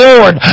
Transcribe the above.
Lord